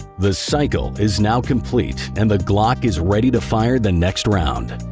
the cycle is now complete, and the glock is ready to fire the next round.